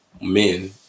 men